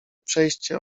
przejście